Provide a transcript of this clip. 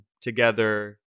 together